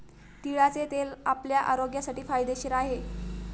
तिळाचे तेल आपल्या आरोग्यासाठी फायदेशीर आहे